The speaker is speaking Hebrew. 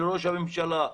לראש הממשלה,